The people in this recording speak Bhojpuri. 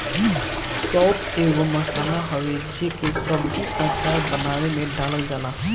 सौंफ एगो मसाला हवे जेके सब्जी, अचार बानवे में डालल जाला